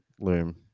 loom